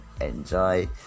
enjoy